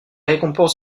récompenses